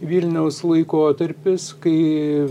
vilniaus laikotarpis kai